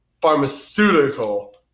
pharmaceutical